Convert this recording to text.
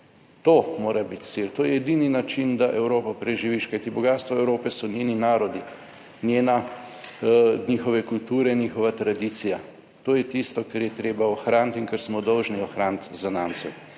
To mora biti cilj. To je edini način, da Evropo preživiš. Kajti bogastvo Evrope so njeni narodi, njena, njihove kulture, njihova tradicija. To je tisto, kar je treba ohraniti in kar smo dolžni ohraniti zanamcem.